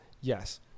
Yes